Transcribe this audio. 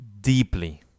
deeply